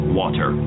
water